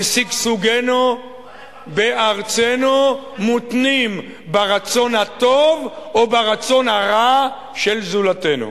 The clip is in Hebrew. ששגשוגנו בארצנו מותנה ברצון הטוב או ברצון הרע של זולתנו.